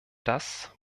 das